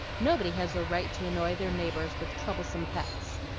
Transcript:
nobody has a right to annoy their neighbors with troublesome pets.